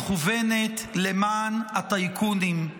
מכוונת למען הטייקונים.